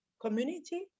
community